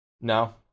No